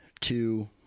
two